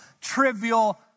trivial